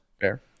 Fair